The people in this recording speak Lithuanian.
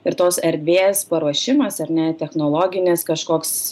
ir tos erdvės paruošimas ar ne technologinis kažkoks